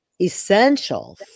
essential